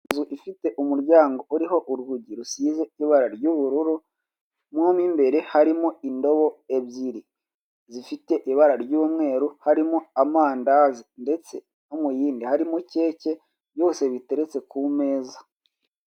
Inzu ifite umuryango uriho urugi rusize ibara ry'ubururu, mo mu imbere harimo indobo ebyiri zifite ibara ry'umweru harimo amandazi ndetse no mu yindi harimo keke byose biteretse ku meza.